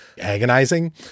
agonizing